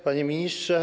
Panie Ministrze!